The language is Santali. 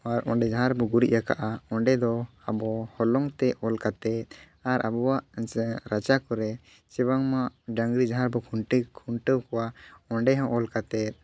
ᱟᱨ ᱚᱸᱰᱮ ᱡᱟᱦᱟ ᱨᱮᱵᱚ ᱜᱩᱨᱤᱡ ᱠᱟᱜᱼᱟ ᱚᱸᱰᱮ ᱫᱚ ᱟᱵᱚ ᱦᱚᱞᱚᱝᱛᱮ ᱚᱞ ᱠᱟᱛᱮ ᱟᱨ ᱟᱵᱚᱣᱟᱜ ᱡᱮ ᱨᱟᱪᱟ ᱠᱚᱨᱮ ᱥᱮ ᱵᱟᱝᱢᱟ ᱰᱟᱹᱝᱨᱤ ᱡᱟᱦᱟᱸ ᱵᱚ ᱠᱷᱩᱴᱤ ᱠᱷᱩᱱᱴᱟᱹᱣ ᱠᱚᱣᱟ ᱚᱸᱰᱮ ᱦᱚᱸ ᱚᱞ ᱠᱟᱛᱮ